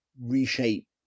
reshape